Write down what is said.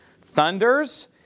thunders